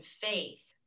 faith